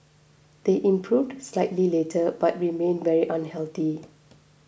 they improved slightly later but remained very unhealthy